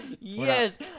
Yes